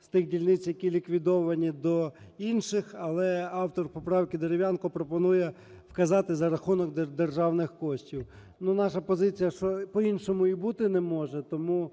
з тих дільниць, які ліквідовані, до інших. Але автор поправки Дерев'янко пропонує вказати: "За рахунок державних коштів". Ну наша позиція, що по-іншому і бути не може. Тому